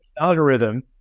algorithm